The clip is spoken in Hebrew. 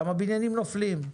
למה בניינים נופלים,